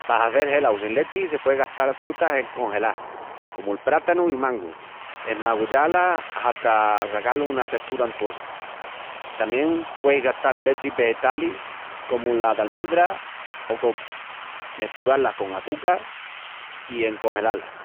Pa hazel gelau sin lechi se pué gastal frutas encongelás, comu'l prátanu i'l mangu, esmagullá-las hata sacal una testura untuosa. Tamién pueis gastal lechis vegetalis comu la d'almendra o cocu, mesturá-las con açuca i encongelá-las.